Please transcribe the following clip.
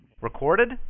Recorded